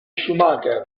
schumacher